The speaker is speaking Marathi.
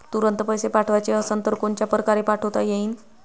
तुरंत पैसे पाठवाचे असन तर कोनच्या परकारे पाठोता येईन?